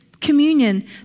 communion